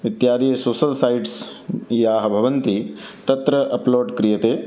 इत्यादि सोसल्सैट्स् याः भवन्ति तत्र अप्लोड् क्रियते